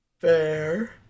Fair